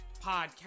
podcast